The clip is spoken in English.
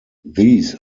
these